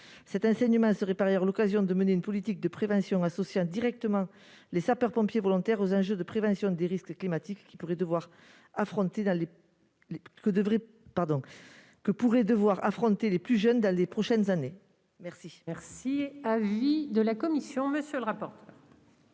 Cet enseignement serait par ailleurs l'occasion de mener une politique de prévention associant directement les sapeurs-pompiers volontaires aux enjeux de prévention des risques climatiques que pourraient devoir affronter les plus jeunes dans les prochaines années. Quel est l'avis de la commission ? Le présent